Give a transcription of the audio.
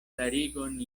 klarigon